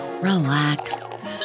relax